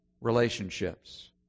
relationships